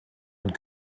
und